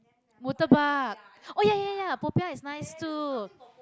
Murtabak oh ya ya ya Popiah is nice too